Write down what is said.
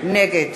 נגד